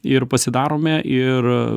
ir pasidarome ir